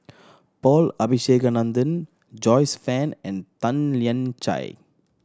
Paul Abisheganaden Joyce Fan and Tan Lian Chye